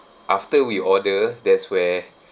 after we order that's where